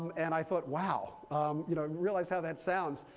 and i thought, wow. you know realize how that sounds.